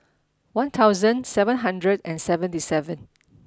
one thousand seven hundred and seventy seven